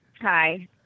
Hi